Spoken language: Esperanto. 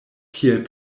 kiel